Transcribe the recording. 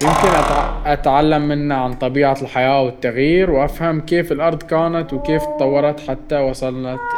يمكن أتعلم منه عن طبيعة الحياة والتغير، وأفهم كيف الأرض كانت وكيف تطورت حتى وصلت إلينا.